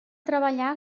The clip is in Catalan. treballar